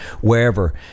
wherever